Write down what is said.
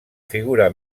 figura